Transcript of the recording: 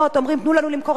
אומרים: תנו לנו למכור נדל"ן,